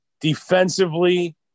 Defensively